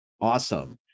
Awesome